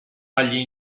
agli